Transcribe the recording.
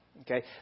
Okay